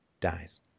dies